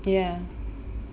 ya